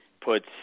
puts